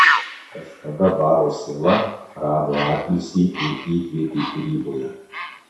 kažkada baro siela rado atilsį ir įkvėpį kūryboje